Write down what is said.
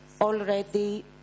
already